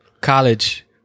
college